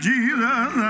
Jesus